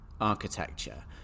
architecture